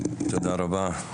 תודה רבה.